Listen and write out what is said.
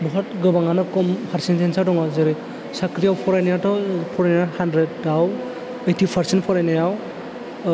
बहुद गोबाङानो खम फारसेन्टसाव दङ जेरै साख्रिआव फरायनायाथ' फरायनाया हानड्रेदाव ओइथि फारसेन फरायनायाव